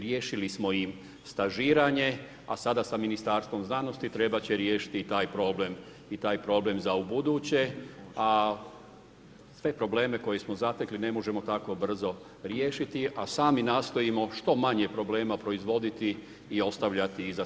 Riješili smo i stažiranje, a sada sa Ministarstvom znanosti, trebati će riješiti i taj problem i taj problem za ubuduće a sve probleme koje smo zatekli ne možemo tako brzo riješiti a sami nastojimo što manje problema proizvoditi i ostavljati iza sebe.